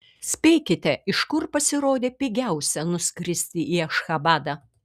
spėkite iš kur pasirodė pigiausia nuskristi į ašchabadą